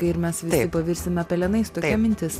ir mes visi pavirsime pelenais tokia mintis